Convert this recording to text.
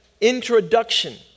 introduction